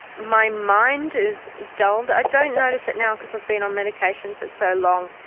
my mind is dulled, i don't notice it now because i've been on medication for so long